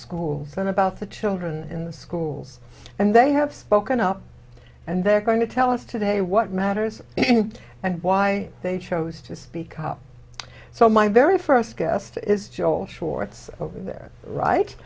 schools and about the children in the schools and they have spoken up and they're going to tell us today what matters and why they chose to speak out so my very first guest is joel schwartz over there